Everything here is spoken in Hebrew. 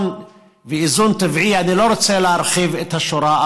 ואיזון טבעי אני לא רוצה להרחיב את הדיבור.